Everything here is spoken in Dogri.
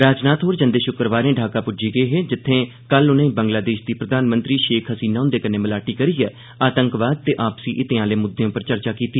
राजनाथ होर जंदे षुक्रवारें ढाका पुज्जी गे हे जित्थें कल उनें बंगलादेष दी प्रधानमंत्री षेख हीना हुंदे कन्नै मलाटी करियै आतंकवाद ते आपसी हितें आले मुद्दें पर चर्चा कीती